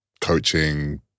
coaching